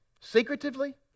secretively